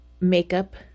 makeup